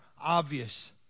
obvious